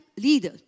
leader